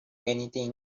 anything